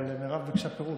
כן, אבל מירב ביקשה פירוט.